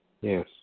Yes